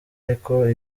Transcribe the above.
ariko